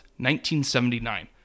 1979